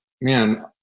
man